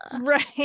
Right